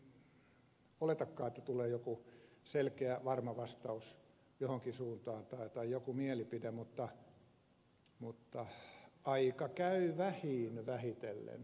en oletakaan että tulee joku selkeä varma vastaus johonkin suuntaan tai joku mielipide mutta aika käy vähiin vähitellen